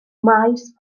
maes